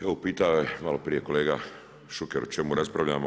Evo pitao je malo prije kolega Šuker o čemu raspravljamo?